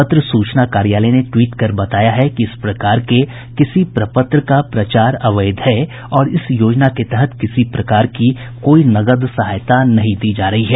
पत्र सूचना कार्यालय ने ट्वीट कर बताया है कि इस प्रकार के किसी प्रपत्र का प्रचार अवैध है और इस योजना के तहत किसी प्रकार की कोई नकद सहायता नहीं दी जा रही है